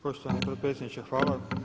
Poštovani potpredsjedniče hvala.